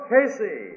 Casey